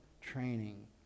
training